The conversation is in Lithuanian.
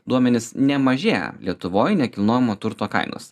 duomenis nemažėja lietuvoj nekilnojamo turto kainos